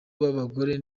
b’abagore